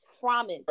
Promise